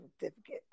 certificate